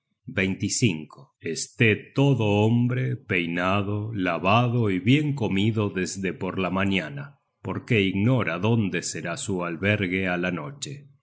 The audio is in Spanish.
herido esté todo hombre peinado lavado y bien comido desde por la mañana porque ignora dónde será su albergue á la noche